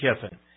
Kiffin